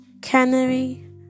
Canary